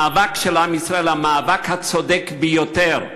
המאבק של עם ישראל, המאבק הצודק ביותר.